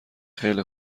خیلی